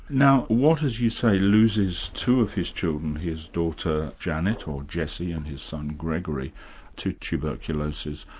now watt, as you say, loses two of his children, his daughter janet or jessie, and his son gregory to tuberculosis.